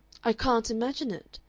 i can't imagine it,